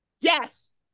yes